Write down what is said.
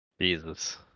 Jesus